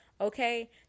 Okay